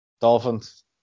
Dolphins